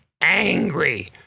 angry